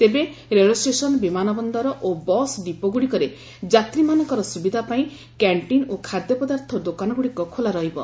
ତେବେ ରେଳଷ୍ଟେସନ୍ ବିମାନ ବନ୍ଦର ଓ ବସ୍ ଡିପୋଗୁଡ଼ିକରେ ଯାତ୍ରୀମାନଙ୍କର ସୁବିଧା ପାଇଁ କ୍ୟାଣ୍ଟିନ୍ ଓ ଖାଦ୍ୟପଦାର୍ଥ ଦୋକାନଗୁଡ଼ିକ ଖୋଲା ରହିବ